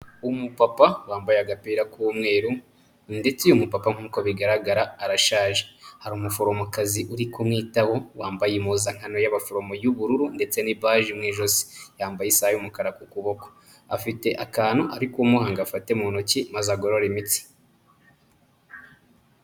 Umupapa wambaye agapira k'umweru ndetse uyu mupapa nk'uko bigaragara arashaje. Hari umuforomokazi uri kumwitaho wambaye impuzankano y'abaforomo y'ubururu ndetse n'ibaji mu ijosi. Yambaye isaha y'umukara ku kuboko. Afite akantu ari kumuha ngo afate mu ntoki maze agorore imitsi.